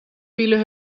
vielen